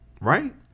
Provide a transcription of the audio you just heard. right